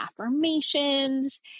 affirmations